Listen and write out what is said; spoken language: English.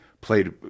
played